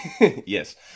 Yes